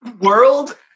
world